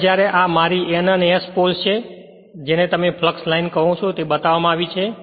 હવે જ્યારે આ મારી N અને S પોલ્સ છે અને તમે જેને ફ્લક્સ લાઇન કહો છો તે બતાવવામાં આવી છે